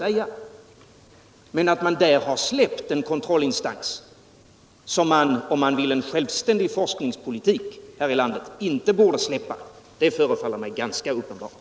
Men att man här har släppt en kontrollinstans som man inte borde släppa om man vill föra en självständig forskningspolitik här i landet, det förefaller mig ganska uppenbart.